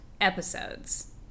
episodes